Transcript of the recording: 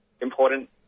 important